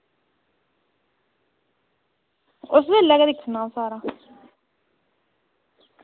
एह्बी ऐल्लै गै दिक्खना सारा